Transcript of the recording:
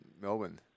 Melbourne